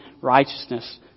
righteousness